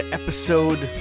episode